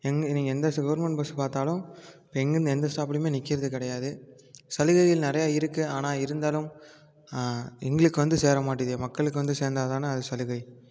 எங்கே நீங்கள் எந்த கவர்மெண்ட் பஸ் பார்த்தாலும் இப்போ எங்கேருந்து எந்த ஸ்டாப்புலையுமே நிற்கிறது கிடையாது சலுகைகள் நிறையா இருக்கு ஆனால் இருந்தாலும் எங்களுக்கு வந்து சேர மாட்டுதே மக்களுக்கு வந்து சேர்ந்தா தானே அது சலுகை